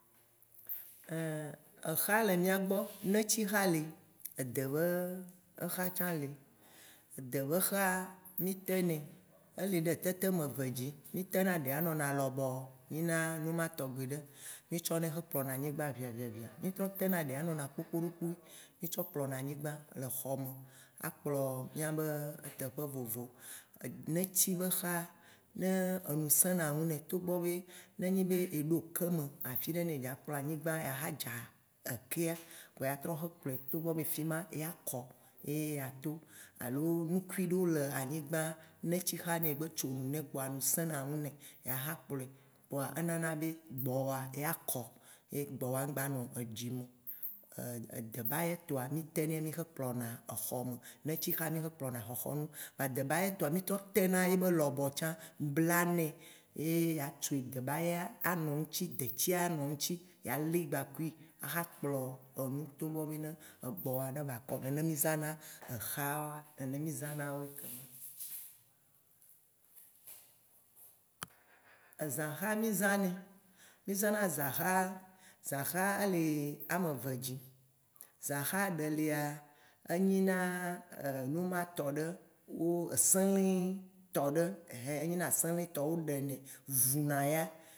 Exa, le mìa gbɔ, netixa li, ede be exa tsã li, ede be xa, mì tenɛ, eli ɖe tete ameve dzi. Mì tena ɖea enɔna lɔbɔɔ nyina numa tɔgbi ɖe, mì tsɔ nɛ keŋ kplɔna anyigba ʋia ʋia ʋia ʋia, mì trɔ tena ɖea enɔnɔ kpokpoɖokpoe mì tsɔ kplɔna anyigba le xɔ me, akplɔ eteƒe vovovowo. Neti be xa, ne enu sẽna ŋu nɛ togbɔ be nenyi be eɖo ke me afiɖe ne edza kplɔ anyigba ya xa dza ekea, vɔa ya trɔ xe kplɔɛ togbɔ be fima eya kɔ ye ato. Alo nukui ɖewo le anyigbã netixa, ne egbe tso nu nɛ kpoa nu sẽna nu nɛ ya xa kplɔe, kpoa enana be gbɔwɔa ya kɔ, gbɔwoa ŋgba ya nɔ eɖi me o. Ede bayɛtɔa mì tenɛ, mì xe kplɔna exɔme, netixa mì xe kplɔna xɔxɔnu. Vɔa debayɛtɔa, mì trɔ tena yebe lɔbɔ tsã, blanɛ ye atsoe, debaya anɔ ŋti detia anɔ eŋti ya li gbakui, aha klpɔ enu togbɔ be gbɔwɔa ne bakɔ, nene mì zãna exawoa, nene mì zãnawoe kem. Ezãxa mì zã nɛ, zãxa le ameve dzi, zãxa ɖe lia, enyina numa tɔ ɖe wo. seŋlitɔ ɖe, einhĩ, eynina sẽŋlitɔ wo ɖe nɛ, vuna ya